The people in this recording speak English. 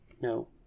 No